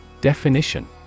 definition